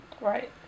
Right